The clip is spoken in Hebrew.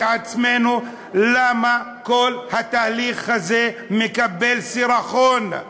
עצמנו למה כל התהליך הזה מקבל סירחון.